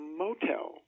motel